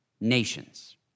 nations